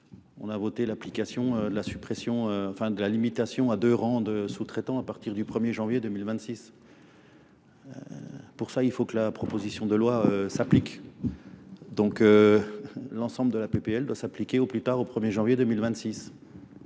de la suppression, enfin de la limitation à deux rangs de sous-traitants à partir du 1er janvier 2026. Pour ça, il faut que la proposition de loi s'applique. Donc l'ensemble de la PPL doit s'appliquer au plus tard au 1er janvier 2026,